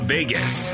Vegas